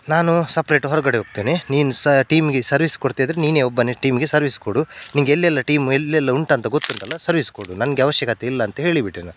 ನಾನು ಸಪ್ರೇಟ್ ಹೊರಗಡೆ ಹೋಗ್ತೇನೆ ನೀನು ಸಾ ಟೀಮ್ಗೆ ಸರ್ವೀಸ್ ಕೊಡ್ತಾಯಿದ್ದರೆ ನೀನೇ ಒಬ್ಬನೇ ಟೀಮ್ಗೆ ಸರ್ವೀಸ್ ಕೊಡು ನಿಂಗೆ ಎಲ್ಲೆಲ್ಲಿ ಟೀಮ್ ಎಲ್ಲೆಲ್ಲಿ ಉಂಟಂತ ಗೊತ್ತುಂಟಲ್ಲ ಸರ್ವೀಸ್ ಕೊಡು ನಂಗೆ ಅವಶ್ಯಕತೆ ಇಲ್ಲ ಅಂತ ಹೇಳಿಬಿಟ್ಟೆ ನಾನು